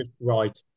right